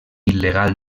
il·legal